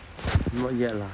not yet lah